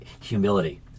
humility